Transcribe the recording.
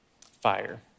fire